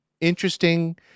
interesting